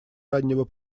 раннего